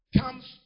comes